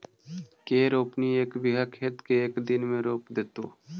के रोपनी एक बिघा खेत के एक दिन में रोप देतै?